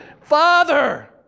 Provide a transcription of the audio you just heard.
Father